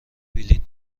بلیط